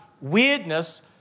weirdness